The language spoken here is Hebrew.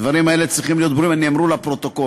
הדברים האלה צריכים להיות ברורים ונאמרו לפרוטוקול.